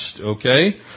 okay